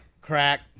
crack